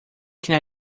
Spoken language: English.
can